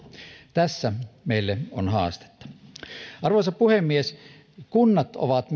tässä meille on haastetta arvoisa puhemies myös kunnat ovat